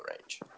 range